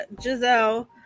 Giselle